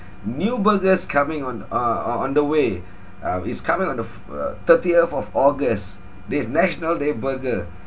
new burgers coming on uh on on the way uh is coming on the fi~ uh thirtieth of august this national day burger